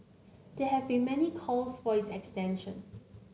there have been many calls for its extension